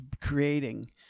creating